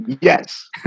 Yes